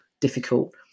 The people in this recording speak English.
difficult